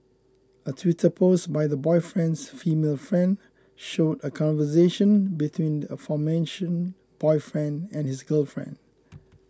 a twitter post by the boyfriend's female friend showed a conversation between the aforementioned boyfriend and his girlfriend